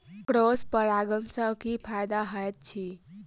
Cross परागण सँ की फायदा हएत अछि?